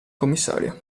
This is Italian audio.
commissario